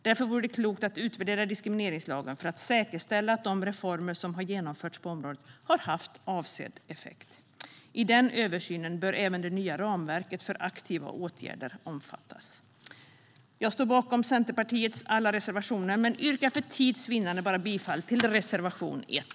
Därför vore det klokt att utvärdera diskrimineringslagen för att säkerställa att de reformer som har genomförts på området har haft avsedd effekt. I den översynen bör även det nya ramverket för aktiva åtgärder omfattas. Jag står bakom Centerpartiets alla reservationer men yrkar för tids vinnande bifall endast till reservation 1.